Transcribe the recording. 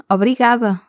Obrigada